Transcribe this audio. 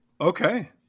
Okay